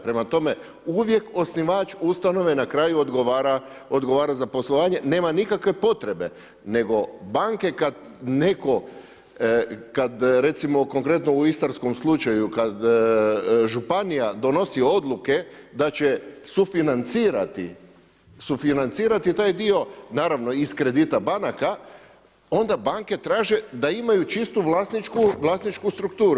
Prema tome, uvijek osnivač ustanove na kraju odgovara za poslovanje, nema nikakve potrebe, nego banke kada netko, kada recimo konkretno u istarskom slučaju kada županija donosi odluke da će sufinancirati taj dio naravno i iz kredita banaka onda banke traže da imaju čistu vlasničku strukturu.